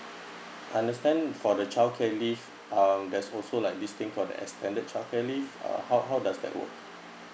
understand for the childcare leave um there's also like this thing for the extended childcare leave uh how how does that work